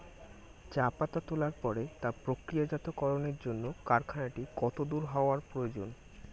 চা পাতা তোলার পরে তা প্রক্রিয়াজাতকরণের জন্য কারখানাটি কত দূর হওয়ার প্রয়োজন?